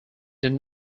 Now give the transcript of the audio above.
did